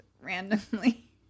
randomly